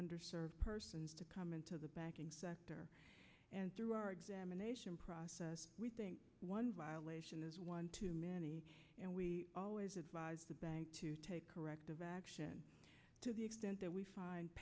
under served persons to come into the banking sector and through our examination process we think one violation is one too many and we always advise the bank to take corrective action to the extent that we find